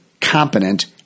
competent